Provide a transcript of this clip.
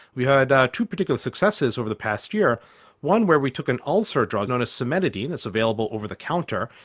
we heard about um two particular successes over the past year one where we took an ulcer drug known as cimetidine, it's available over the counter.